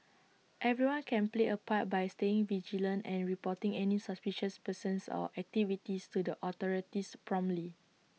everyone can play A part by staying vigilant and reporting any suspicious persons or activities to the authorities promptly